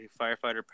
firefighter